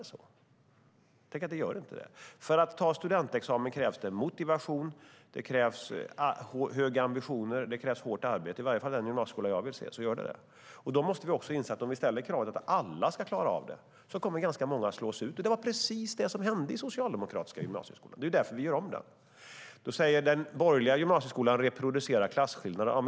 Men tänk, det gör det inte. För att ta studentexamen krävs motivation, höga ambitioner och hårt arbete, i alla fall i den gymnasieskola jag vill se. Vi måste inse att om vi ställer kravet att alla ska klara detta kommer många att slås ut. Det var precis detta som hände i den socialdemokratiska gymnasieskolan. Det är därför vi gör om den. Louise Malmström säger att den borgerliga gymnasieskolan reproducerar klasskillnader.